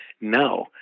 no